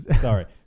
Sorry